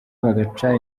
bagaca